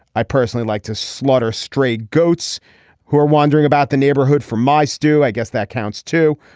i personally like to slaughter stray goats who are wandering about the neighborhood for my stew i guess that counts too.